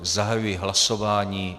Zahajuji hlasování.